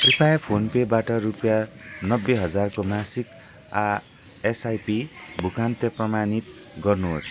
कृपया फोन पेबाट रुपियाँ नब्बे हजारको मासिक आ एसआइपी भुकान्ते प्रमाणित गर्नुहोस्